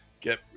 get